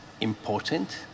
important